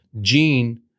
Gene